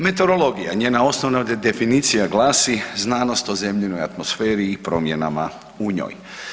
Meteorologija i njena osnovna definicija glasi znanosti o Zemljinoj atmosferi i promjenama u njoj.